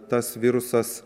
tas virusas